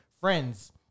friends